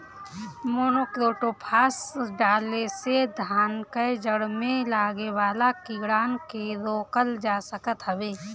monocrotophos डाले से धान कअ जड़ में लागे वाला कीड़ान के रोकल जा सकत हवे